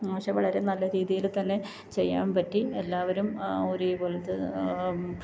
പക്ഷേ വളരെ നല്ല രീതിയിൽ തന്നെ ചെയ്യാൻ പറ്റി എല്ലാവരും ഒരെ പോലെത്തെ